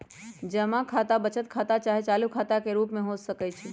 जमा खता बचत खता चाहे चालू खता के रूप में हो सकइ छै